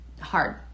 hard